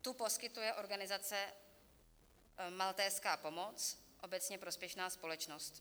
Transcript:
Tu poskytuje organizace Maltézská pomoc, obecně prospěšná společnost.